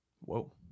Whoa